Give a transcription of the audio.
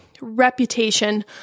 reputation